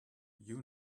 you